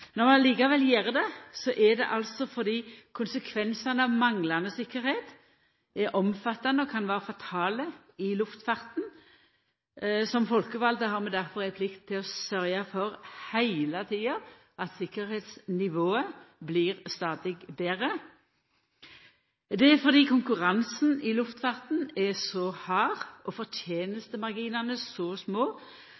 Når vi likevel gjer det, er det fordi konsekvensane av manglande tryggleik er omfattande og kan vera fatale i luftfarten. Som folkevalde har vi difor ei plikt heile tida til å sørgja for at tryggleiksnivået stadig blir betre. Det er fordi konkurransen i luftfarten er så hard og